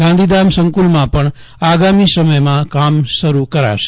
ગાંધીધામ સંકુલમાં પણ આગામી સમયમાં કામ શરૂ કરાશે